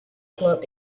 club